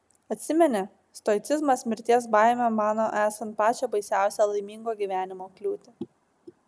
atsimeni stoicizmas mirties baimę mano esant pačią baisiausią laimingo gyvenimo kliūtį